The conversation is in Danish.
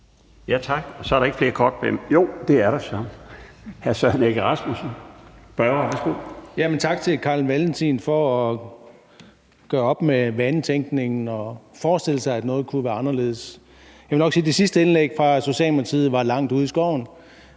Tak til Carl Valentin for at gøre op med vanetænkningen og forestille sig, at noget kunne være anderledes. Jeg må nok sige, at det sidste indlæg fra Socialdemokratiet var langt ude i skoven.